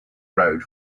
road